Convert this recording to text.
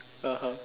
(uh huh)